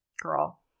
Girl